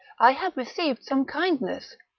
i have received some kindness,